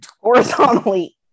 horizontally